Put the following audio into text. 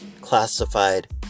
Classified